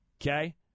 Okay